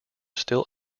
still